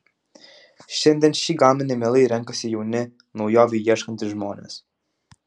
šiandien šį gaminį mielai renkasi jauni naujovių ieškantys žmonės